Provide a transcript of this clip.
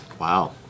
wow